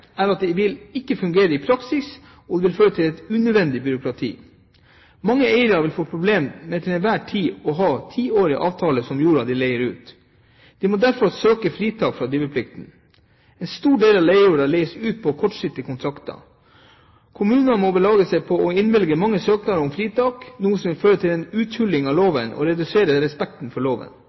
at de ikke vil fungere i praksis, og at de vil føre til et unødvendig byråkrati. Mange eiere vil få problemer med til enhver tid å ha tiårige avtaler for den jorda de leier ut. De må derfor søke fritak fra driveplikten. En stor del av leiejorda leies ut på kortsiktige kontrakter. Kommunene må belage seg på å innvilge mange søknader om fritak, noe som vil føre til en uthuling av loven og redusere respekten for